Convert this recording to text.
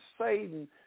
Satan